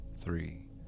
three